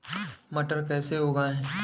मटर कैसे उगाएं?